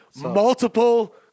Multiple